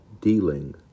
Dealing